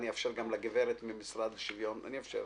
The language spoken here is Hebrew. אאפשר גם לגברת מן המשרד לשוויון חברתי.